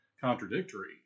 contradictory